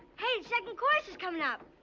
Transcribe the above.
hey! second course is coming up!